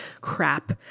crap